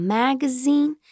magazine